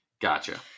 Gotcha